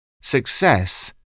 Success